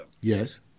Yes